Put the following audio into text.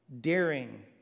Daring